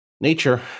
Nature